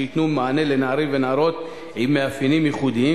שייתנו מענה לנערים ונערות עם מאפיינים ייחודיים,